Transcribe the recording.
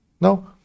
No